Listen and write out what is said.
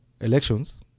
elections